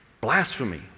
Blasphemy